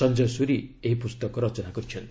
ସଞ୍ଜୟ ସୁରି ଏହି ପ୍ରସ୍ତକ ରଚନା କରିଛନ୍ତି